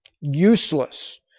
useless